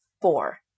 four